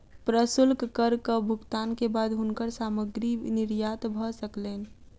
प्रशुल्क करक भुगतान के बाद हुनकर सामग्री निर्यात भ सकलैन